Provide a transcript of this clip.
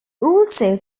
also